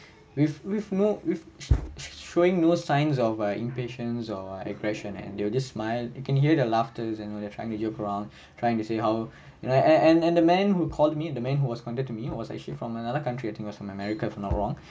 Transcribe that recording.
with with no with showing no signs of ah impatiens or ah aggression and they will just smile you can hear the laughter you know they're trying to joke around trying to say how you know and and and the man who called me the man who was contact to me was actually from another country I think was from america if I'm not wrong